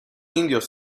indios